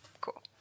Cool